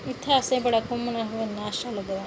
इत्थै असेंगी घुम्मना बड़ा अच्छा लगदा